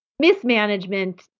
mismanagement